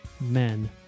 men